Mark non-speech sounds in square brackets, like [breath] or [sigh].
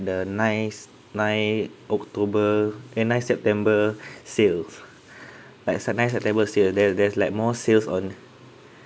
the nice nine october eh nine september [breath] sales [breath] like se~ nine september sale there there's like more sales on